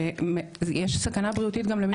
יש סכנה בריאותית גם למי שמפעיל.